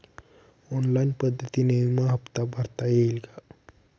Online पद्धतीने विमा हफ्ता भरता येईल का?